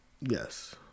Yes